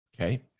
Okay